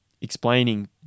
explaining